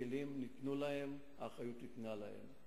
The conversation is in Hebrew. הכלים ניתנו להם, האחריות ניתנה להם.